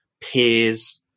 peers